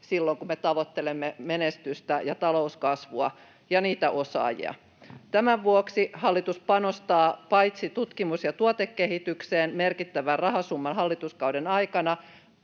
silloin, kun me tavoittelemme menestystä ja talouskasvua ja niitä osaajia. Tämän vuoksi hallitus paitsi panostaa tutkimus- ja tuotekehitykseen merkittävän rahasumman hallituskauden aikana